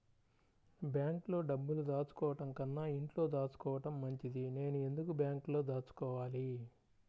బ్యాంక్లో డబ్బులు దాచుకోవటంకన్నా ఇంట్లో దాచుకోవటం మంచిది నేను ఎందుకు బ్యాంక్లో దాచుకోవాలి?